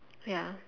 ya